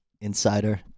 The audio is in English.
insider